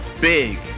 big